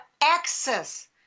access